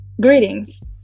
Greetings